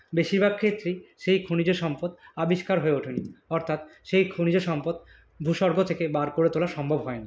বেশিরভাগ ক্ষেত্রেই সেই খনিজ সম্পদ আবিষ্কার হয়ে ওঠেনি অর্থাৎ সেই খনিজ সম্পদ ভূস্বর্গ থেকে বার করে তোলা সম্ভব হয়নি